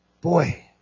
Boy